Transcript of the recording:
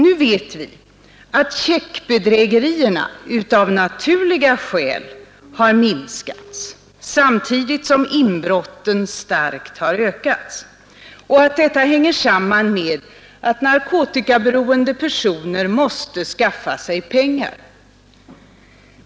Nu vet vi att checkbedrägerierna av naturliga skäl har minskat samtidigt som inbrotten starkt har ökat och att detta hänger samman med att narkotikaberoende personer måste skaffa sig pengar.